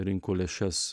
rinko lėšas